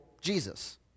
Jesus